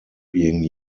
being